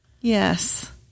Yes